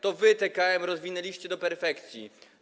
To wy TKM rozwinęliście do perfekcji.